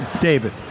David